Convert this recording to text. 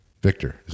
victor